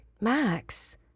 Max